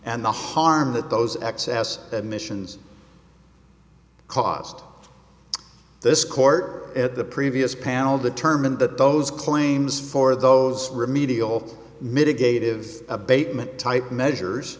and the harm that those excess emissions caused this court at the previous panel determined that those claims for those remedial mitigate of abatement type measures